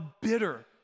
bitter